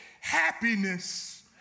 happiness